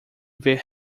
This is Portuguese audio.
ver